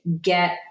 get